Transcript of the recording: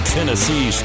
Tennessee